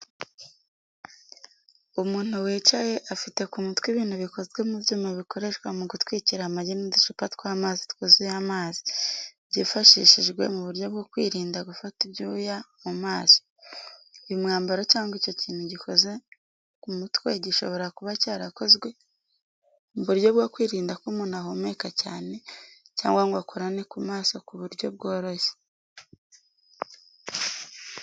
Umuntu yicaye, afite ku mutwe ibintu bikozwe mu byuma bikoreshwa mu gutwikira amagi n’uducupa tw’amazi twuzuye amazi, byifashishijwe mu buryo bwo kwirinda gufata ibyuya mu maso, uyu mwambaro cyangwa icyo kintu gikoze ku mutwe gishobora kuba cyarakozwe mu buryo bwo kwirinda ko umuntu ahumeka cyane cyangwa ngo akorane ku maso ku buryo bworoshye.